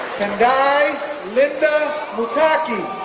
tendai linda mutaki